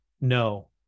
no